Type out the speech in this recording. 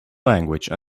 language